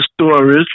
stories